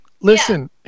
listen